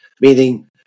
Meaning